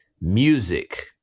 music